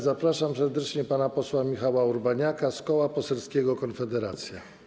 Zapraszam serdecznie pana posła Michała Urbaniaka z Koła Poselskiego Konfederacja.